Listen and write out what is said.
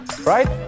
right